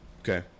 okay